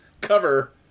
cover